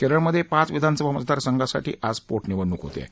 केरळमधे पाच विधानसभा मतदारसंघासाठी आज पोटनिवडणूक होत आहे